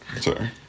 sorry